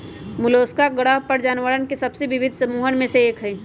Mollusca ग्रह पर जानवरवन के सबसे विविध समूहन में से एक हई